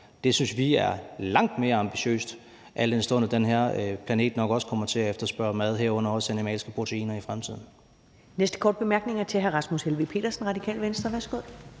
Det synes vi er langt mere ambitiøst, al den stund at den her planet nok også kommer til at efterspørge mad, herunder også animalske proteiner, i fremtiden.